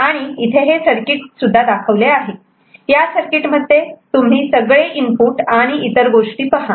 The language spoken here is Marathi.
आणि हे सर्किट इथे दाखवले आहे या सर्किटमध्ये तुम्ही सगळे इनपुट आणि इतर गोष्टी पहा